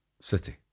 City